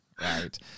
right